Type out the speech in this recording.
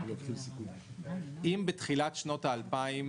אם בתחילת שנות האלפיים,